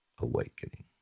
awakening